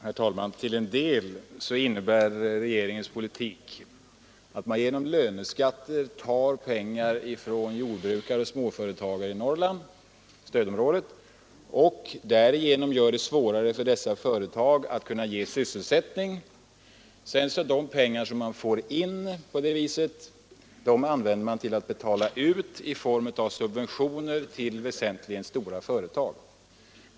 Herr talman! Till en del innebär regeringens politik att man genom löneskatter tar pengar från jordbrukare och småföretagare i stödområdet i Norrland och därigenom gör det svårare för dessa företag att ge sysselsättning. De pengar man får in på det viset används för att betala ut subventioner till väsentligen stora företag.